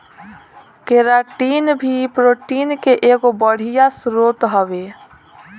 keratin भी protein के एगो बढ़िया स्रोत हवे